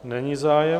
Není zájem.